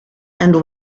and